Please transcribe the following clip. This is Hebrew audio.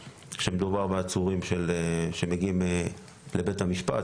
הרבה כאשר מדובר בעצורים שמגיעים לבית המשפט,